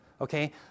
okay